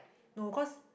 no cause